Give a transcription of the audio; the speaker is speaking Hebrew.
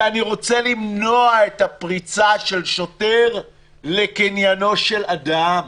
ואני רוצה למנוע את הפריצה של שוטר לקניינו של אדם.